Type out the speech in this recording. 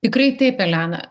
tikrai taip elena